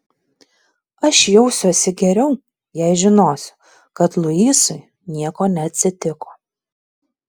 aš jausiuosi geriau jei žinosiu kad luisui nieko neatsitiko